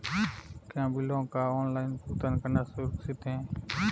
क्या बिलों का ऑनलाइन भुगतान करना सुरक्षित है?